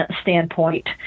standpoint